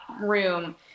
room